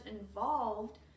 involved